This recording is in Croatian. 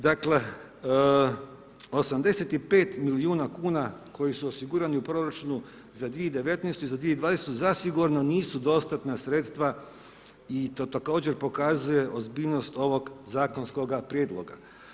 Dakle 85 milijuna kuna koji su osigurani u proračunu za 2019. i 2020. zasigurno nisu dostatna sredstva i to također pokazuje ozbiljnost ovog zakonskoga prijedloga.